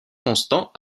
constant